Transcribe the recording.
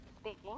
Speaking